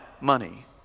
money